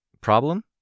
Problem